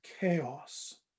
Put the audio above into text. chaos